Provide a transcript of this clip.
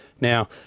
Now